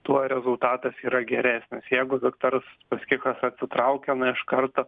tuo rezultatas yra geresnis jeigu viktoras uspaskichas atsitraukia na iš karto